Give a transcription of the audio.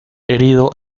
herido